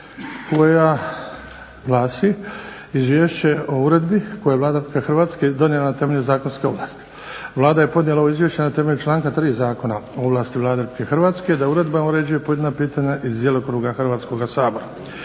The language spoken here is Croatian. koja glasi - Izvješće o Uredbi koju je Vlada Republike Hrvatske donijela na temelju zakonske ovlasti Vlada je podnijela ovo izvješće na temelju članka 3. Zakona o ovlasti Vlade Republike Hrvatske da uredbama uređuje pojedina pitanja iz djelokruga Hrvatskoga sabora.